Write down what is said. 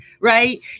right